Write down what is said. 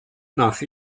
nach